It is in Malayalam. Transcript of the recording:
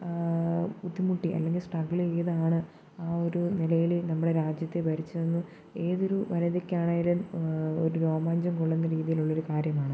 ബുദ്ധിമുട്ടി അല്ലെങ്കിൽ സ്ട്രഗെൾ ചെയ്താണ് ആ ഒരു നിലയിൽ നമ്മുടെ രാജ്യത്തെ ഭരിച്ചതെന്നും ഏതൊരു വനിതക്കാണെങ്കിലും ഒരു രോമാഞ്ചം കൊള്ളുന്ന രീതിയിലുള്ള ഒരു കാര്യമാണ് അത്